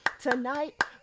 Tonight